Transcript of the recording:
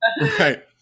Right